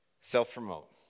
Self-promote